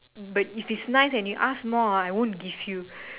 but if it's nice and you ask more ah I won't give you